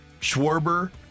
Schwarber